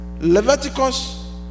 Leviticus